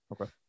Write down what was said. Okay